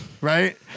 right